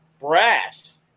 brass